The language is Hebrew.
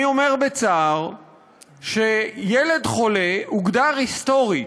אני אומר בצער שילד חולה הוגדר היסטורית